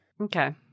Okay